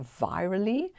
virally